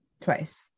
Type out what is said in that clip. Twice